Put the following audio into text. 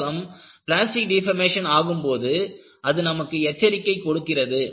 உலோகம் plastic deformation ஆகும்போது அது நமக்கு எச்சரிக்கை கொடுக்கிறது